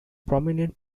prominent